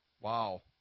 wow